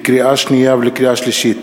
לקריאה שנייה ולקריאה שלישית,